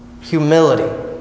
Humility